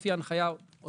לפי ההנחיה של משרד הרווחה,